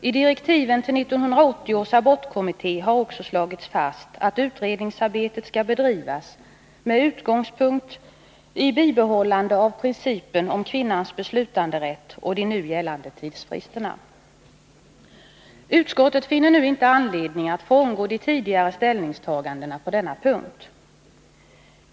I direktiven till 1980 års abortkommitté har också slagits fast att utredningsarbetet skall bedrivas med utgångspunkt i bibehållande av principen om kvinnans beslutanderätt och de nu gällande tidsfristerna. Utskottet finner nu inte anledning att frångå de tidigare ställningstagandena på denna punkt.